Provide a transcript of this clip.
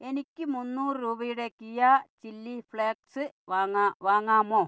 എനിക്ക് മുന്നൂറ് രൂപയുടെ കിയാ ചില്ലി ഫ്ലേക്സ് വാങ്ങാ വാങ്ങാമോ